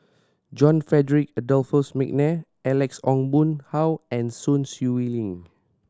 John Frederick Adolphus McNair Alex Ong Boon Hau and Sun Xueling